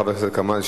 הרבה מעבר ל-10%,